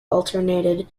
alternated